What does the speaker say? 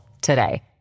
today